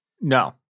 No